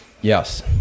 Yes